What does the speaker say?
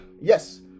Yes